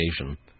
education